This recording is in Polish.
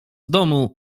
domu